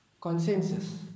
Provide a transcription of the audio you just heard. Consensus